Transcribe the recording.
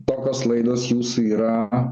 tokios laidos jūsų yra